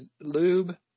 lube